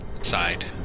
side